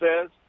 says